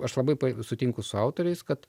aš labai sutinku su autoriais kad